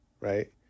right